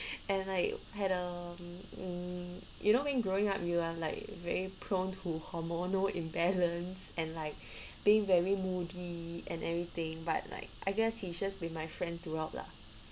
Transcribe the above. and I had a um you know when growing up you are like very prone to hormonal imbalance and like being very moody and everything but like I guess he's just been my friend throughout lah